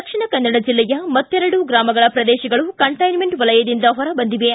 ದಕ್ಷಿಣ ಕನ್ನಡ ಜಿಲ್ಲೆಯ ಮತ್ತೆರಡು ಗ್ರಾಮಗಳ ಪ್ರದೇಶಗಳು ಕಂಟ್ಟೆನ್ಸೆಂಟ್ ವಲಯದಿಂದ ಹೊರ ಬಂದಿವೆ